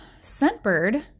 Scentbird